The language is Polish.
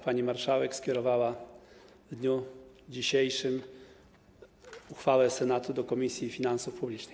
Pani marszałek skierowała w dniu dzisiejszym uchwałę Senatu do Komisji Finansów Publicznych.